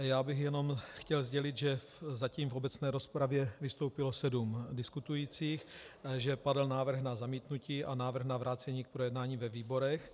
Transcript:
Já bych jenom chtěl sdělit, že zatím v obecné rozpravě vystoupilo sedm diskutujících, že padl návrh na zamítnutí a návrh na vrácení k projednání ve výborech.